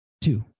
Two